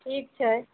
ठीक छै